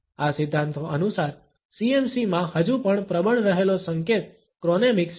આ સિદ્ધાંતો અનુસાર CMCમાં હજુ પણ પ્રબળ રહેલો સંકેત ક્રોનેમિક્સ છે